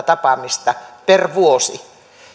tapaamista per vuosi